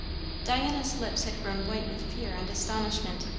diana's lips had grown white with fear and astonishment.